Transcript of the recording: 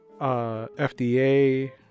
FDA